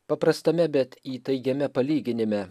paprastame bet įtaigiame palyginime